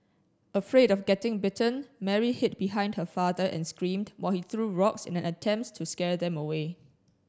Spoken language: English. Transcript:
afraid of getting bitten Mary hid behind her father and screamed while he threw rocks in an attempt to scare them away